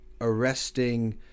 arresting